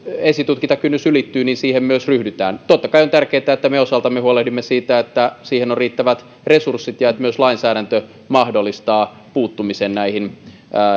esitutkintakynnys ylittyy niin siihen myös ryhdytään totta kai on tärkeätä että me osaltamme huolehdimme siitä että siihen on riittävät resurssit ja että myös lainsäädäntö mahdollistaa puuttumisen näihin